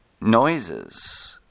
noises